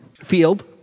field